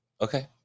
Okay